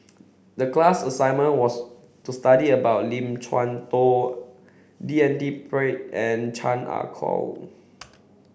the class assignment was to study about Lim Chuan Poh D N D Pritt and Chan Ah Kow